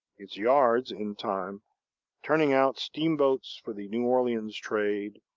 its yards in time turning out steamboats for the new orleans trade,